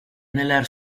nella